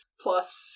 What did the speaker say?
Plus